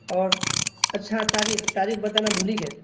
اور اچھا تاریخ تاریخ بتانا بھول ہی گیے